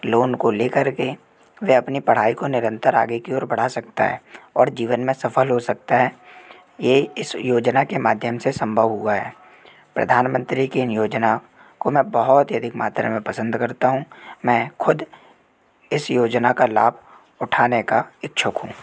loan को लेकर के वह अपनी पढ़ाई को निरंतर आगे की ओर बढ़ा सकता है और जीवन में सफल हो सकता है यह इस योजना के माध्यम से सम्भव हुआ है प्रधानमंत्री की इन योजना को मैं बहुत ही अधिक मात्रा में पसंद करता हूँ मैं ख़ुद इस योजना का लाभ उठाने का इच्छुक हूँ